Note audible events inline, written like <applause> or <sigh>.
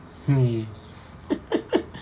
<laughs>